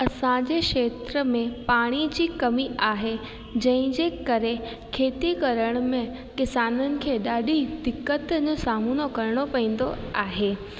असांजे खेत्र में पाणी जी कमी आहे जंहिंजे करे खेती करण में किसाननि खे ॾाढी दिक़तुनि जो सामिनो करिणो पवंदो आहे